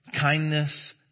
Kindness